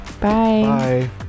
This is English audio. Bye